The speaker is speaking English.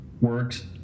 works